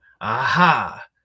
aha